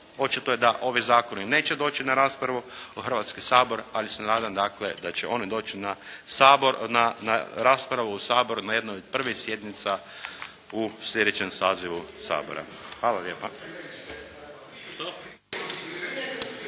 očito je da ovi zakoni neće doći na raspravu u Hrvatski sabor, ali se nadam dakle da će oni doći na Sabor, na raspravu u Sabor na jednoj od prvih sjednica u sljedećem sazivu Sabora. Hvala lijepa.